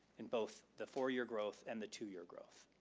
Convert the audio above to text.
in both the four year growth and the two year growth.